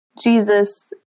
Jesus